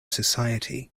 society